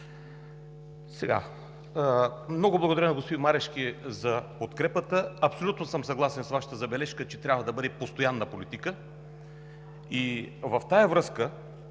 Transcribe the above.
Много благодаря, господин Марешки, за подкрепата. Абсолютно съм съгласен с Вашата забележка, че трябва да бъде постоянна политика и в тази връзка